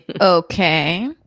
Okay